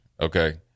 okay